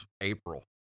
April